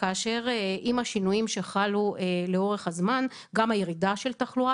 כאשר עם השינויים שחלו לאורך הזמן גם הירידה של תחלואה